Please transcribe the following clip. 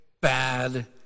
Bad